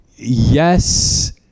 Yes